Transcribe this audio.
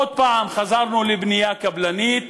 עוד הפעם חזרנו לבנייה קבלנית.